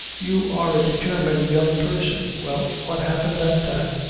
you are a determined young person. well, what happened that time?